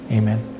Amen